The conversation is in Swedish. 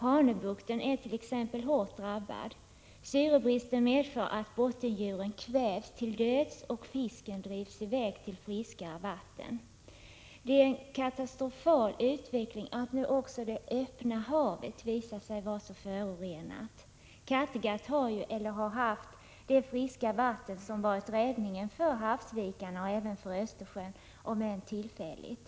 Hanöbukten t.ex. är hårt drabbad. Syrebristen medför att bottendjuren kvävs till döds och att fiskarna drivs i väg till friskare vatten. Det är en katastrofal utveckling att nu också det öppna havet visar sig vara så förorenat. Kattegatt har ju, eller har haft, det friska vatten som varit räddningen för havsvikarna och även för Östersjön — om än tillfälligt.